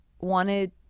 wanted